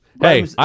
Hey